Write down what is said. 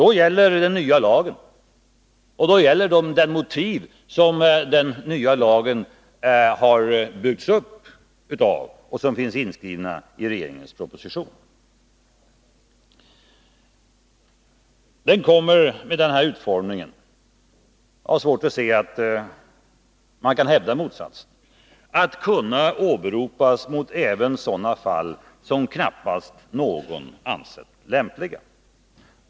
Då gäller den nya lagen, och då gäller de motiv som den nya lagen har byggts upp av och som finns inskrivna i regeringens proposition. Lagen kommer med den här utformningen — jag har svårt att se att man kan hävda motsatsen — att kunna åberopas även i sådana fall där knappast någon ansett det lämpligt.